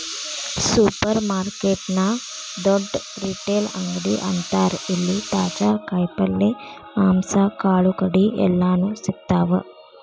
supermarket ನ ದೊಡ್ಡ retail ಅಂಗಡಿ ಅಂತಾರ ಇಲ್ಲಿ ತಾಜಾ ಕಾಯಿ ಪಲ್ಯ, ಮಾಂಸ, ಕಾಳುಕಡಿ ಎಲ್ಲಾನೂ ಸಿಗ್ತಾವ